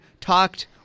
talked